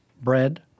bread